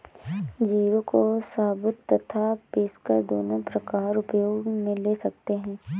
जीरे को साबुत तथा पीसकर दोनों प्रकार उपयोग मे ले सकते हैं